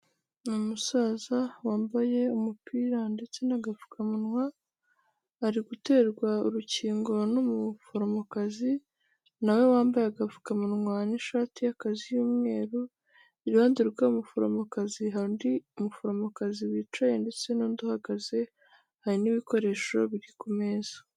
Ni umusaza wambaye umupira ndetse n'agapfukamunwa, ari guterwa urukingo n'umuforomokazi na we wambaye agapfukamunwa n'ishati y'akazi y'umweru, iruhande rw'uwo muforomokazi hari undi muforomokazi wicaye ndetse n'undi uhagaze, hari n'ibikoresho biri ku meza.